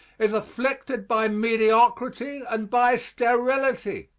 is afflicted by mediocrity and by sterility.